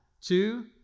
Two